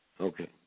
okay